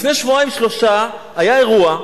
לפני שבועיים-שלושה היה אירוע,